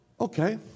Okay